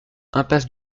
impasse